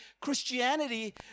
Christianity